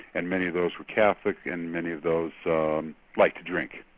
and many of those were catholic and many of those liked to drink.